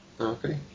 Okay